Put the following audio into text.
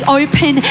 open